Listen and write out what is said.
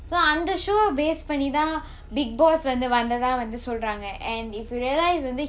so அந்த:antha show ah base பண்ணிதான்:pannithaan bigg boss வந்து வந்ததா வந்து சொல்றாங்க:vanthu vanthatha vanthu solraanga and if you realise வந்து:vanthu